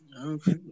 Okay